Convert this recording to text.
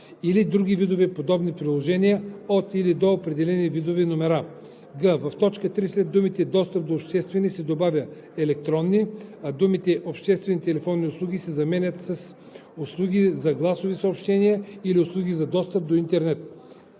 или други видове подобни приложения от или до определени видове номера;“ г) в т. 3 след думите „достъп до обществени“ се добавя „електронни“, а думите „обществени телефонни услуги“ се заменят с „услуги за гласови съобщения или услуги за достъп до интернет“;